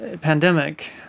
pandemic